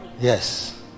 yes